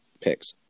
picks